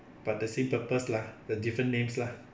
but the same purpose lah the different names lah